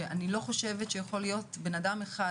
שאני לא חושבת שיכול להיות בן אדם אחד